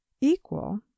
equal